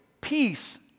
peace